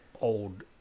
old